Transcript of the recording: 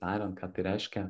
tariant ką tai reiškia